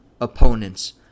opponents